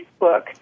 Facebook